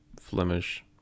Flemish